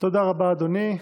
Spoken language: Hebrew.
תודה רבה, אדוני.